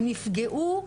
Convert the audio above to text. הם נפגעו,